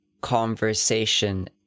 conversation